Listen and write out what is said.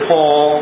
Paul